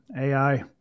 AI